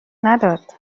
نداد